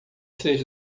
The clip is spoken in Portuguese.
seis